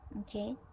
Okay